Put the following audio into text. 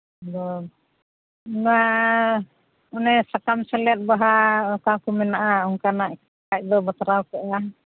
hello ᱵᱟᱝ ᱚᱱᱮ ᱥᱟᱠᱟᱢ ᱥᱮᱞᱮᱫ ᱵᱟᱦᱟ ᱚᱠᱟ ᱠᱚ ᱢᱮᱱᱟᱜᱼᱟ ᱚᱱᱠᱟᱱᱟᱜ ᱠᱷᱟᱱ ᱫᱚ ᱵᱟᱛᱨᱟᱣ ᱠᱚᱜᱼᱟ ᱦᱩᱸ